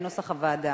כנוסח הוועדה.